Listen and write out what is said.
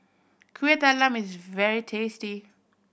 Kuih Talam is very tasty